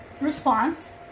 response